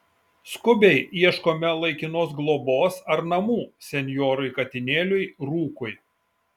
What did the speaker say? skubiai ieškome laikinos globos ar namų senjorui katinėliui rūkui